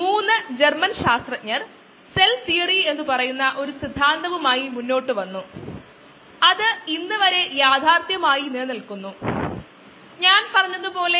batch bioreactor ആണ് നമ്മൾ ആദ്യം ഏറ്റെടുക്കുന്നത് കാരണം ഇത് വ്യവസായങ്ങളിൽ വളരെ സാധാരണമായ പ്രവർത്തന രീതിയാണ്